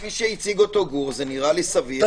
כפי שהציג גור זה נראה לי סביר.